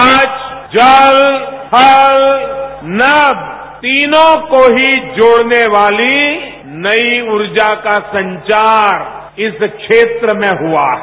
आज जल थल नय तीनों को ही जोड़ने वाली नई ऊर्जा का संचार इस देश में हुआ है